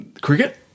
cricket